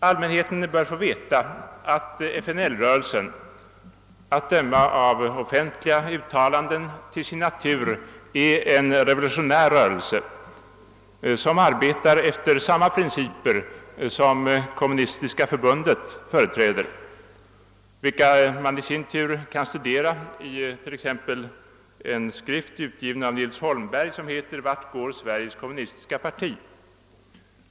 Allmänheten bör få veta att FNL-rörelsen, att döma av offentliga uttalanden, till sin natur är en revolutionär rörelse som arbetar efter samma principer som kommunistiska förbundet företräder. Dessa principer kan studeras i den av Nils Holmberg utgivna skriften »Vart går Sveriges kommunistiska parti».